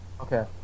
Okay